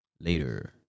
Later